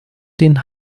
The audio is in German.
den